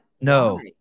No